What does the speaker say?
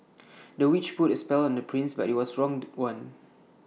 the witch put A spell on the prince but IT was wrong The One